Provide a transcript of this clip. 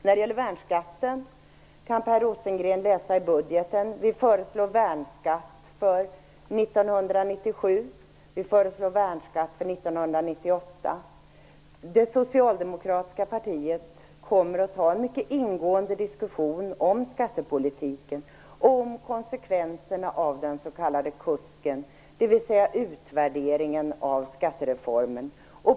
När det gäller värnskatten kan Per Rosengren läsa i budgetpropositionen. Vi föreslår värnskatt för 1997 och 1998. Det socialdemokratiska partiet kommer att föra en mycket ingående diskussion om skattepolitik och om konsekvenserna av den s.k. KUSK:en, dvs. utvärderingen av skattereformen.